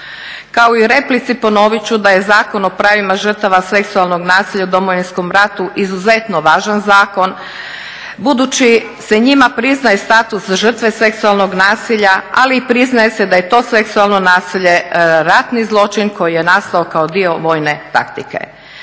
Kao i u replici ponovit ću da je Zakon o pravima žrtava seksualnog nasilja u Domovinskom ratu izuzetno važan zakon, budući se njima priznaje status žrtve seksualnog nasilja ali i priznaje se da je to seksualno nasilje ratni zločin koji je nastao kao dio vojne taktike.